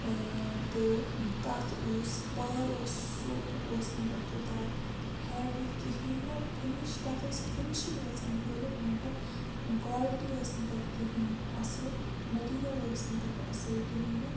تہٕ تَتھ یُس پار اوس سُہ اوس نہٕ تَتھ تیوٗتاہ ہیوی کِہیٖنۍ نہٕ فِنِش تَتھ ٲس فِنشی یٲژَن کھٲلِتھ مگر کالٹی ٲس نہٕ تَتھ کِہیٖنۍ اَصٕل میٹیٖریَل ٲس نہٕ تَتھ اَصٕل کِہیٖنۍ نہٕ